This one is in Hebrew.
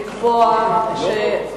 אני קובעת שהצעת החוק המדוברת,